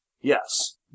Yes